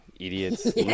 Idiots